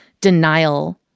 denial